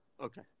Okay